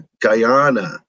guyana